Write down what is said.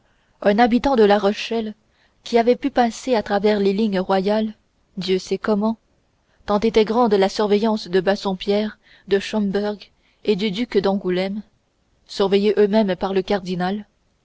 un habitant de la rochelle qui avait pu passer à travers les lignes royales dieu sait comment tant était grande la surveillance de bassompierre de schomberg et du duc d'angoulême surveillés eux-mêmes par le cardinal